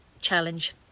Challenge